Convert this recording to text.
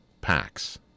packs